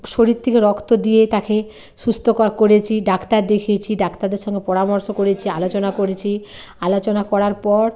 শরীর থেকে রক্ত দিয়ে তাখে সুস্ত ক করেছি ডাক্তার দেখিয়েছি ডাক্তারের সঙ্গে পরামর্শ করেছি আলোচনা করেছি আলোচনা করার পর